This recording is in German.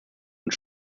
und